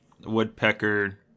woodpecker